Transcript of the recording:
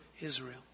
Israel